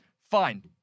Fine